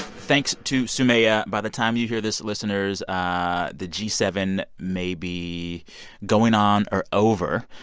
thanks to soumaya. by the time you hear this, listeners, ah the g seven may be going on or over.